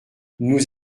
nous